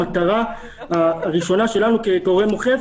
המטרה הראשונה שלנו כגורם אוכף,